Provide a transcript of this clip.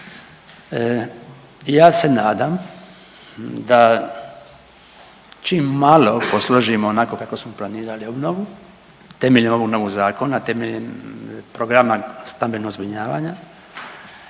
Ja se nadam da čim malo posložimo onako kako smo planirali obnovu temeljem ovog novog zakona, temeljem programa stambenog zbrinjavanja,